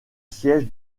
siège